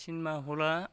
cinema हला